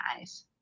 eyes